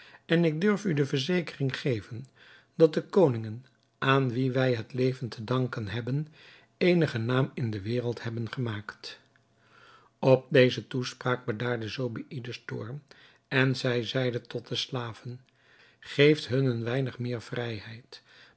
en ik durf u de verzekering geven dat de koningen aan wie wij het leven te danken hebben eenigen naam in de wereld hebben gemaakt op deze toespraak bedaarde zobeïde's toorn en zij zeide tot de slaven geeft hun een weinig meer vrijheid